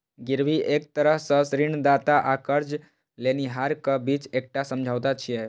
गिरवी एक तरह सं ऋणदाता आ कर्ज लेनिहारक बीच एकटा समझौता छियै